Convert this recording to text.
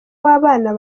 w’abana